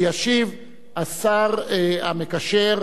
וישיב השר המקשר,